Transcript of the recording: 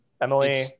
Emily